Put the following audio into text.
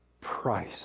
price